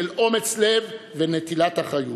של אומץ לב ונטילת אחריות.